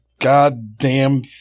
goddamn